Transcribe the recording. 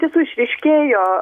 tiesų išryškėjo